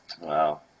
Wow